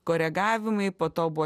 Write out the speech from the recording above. koregavimai po to buvo